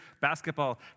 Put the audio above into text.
basketball